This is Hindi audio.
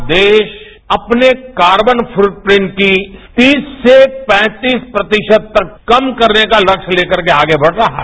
आज देश अपने कार्बन छटप्रिंट को तीस से पैंतीस प्रतिशत तक कम करने का तस्य तेकर के आगे बढ रहा है